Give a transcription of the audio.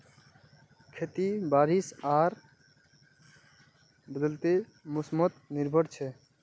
खेती बारिश आर बदलते मोसमोत निर्भर छे